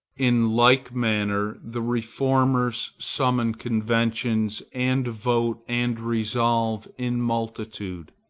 in like manner the reformers summon conventions and vote and resolve in multitude.